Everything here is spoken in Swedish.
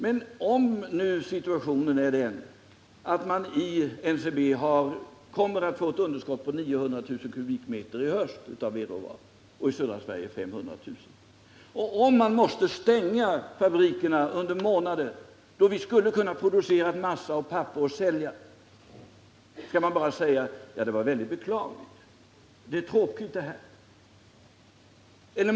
Men om nu situationen är den att NCB kommer att få ett underskott på 900 000 m? vedråvara och skogsägarna i södra Sverige 500 000, och om man måste stänga fabrikerna under månader då vi skulle kunna producera massa och papper och sälja, skall man då bara säga att det var väldigt beklagligt och tråkigt?